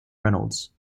reynolds